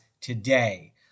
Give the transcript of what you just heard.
today